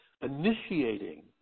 initiating